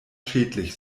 schädlich